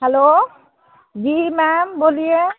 hello जी ma'am बोलिए